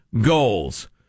goals